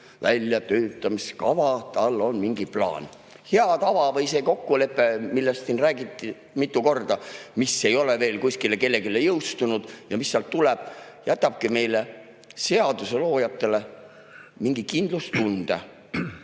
väljatöötamiskava, tal on mingi plaan. Hea tava või see kokkulepe, millest siin räägiti mitu korda, mis ei ole veel kuskil kellelegi jõustunud ja mis alles tuleb, jätabki meile, seadusloojatele, mingi kindlustunde,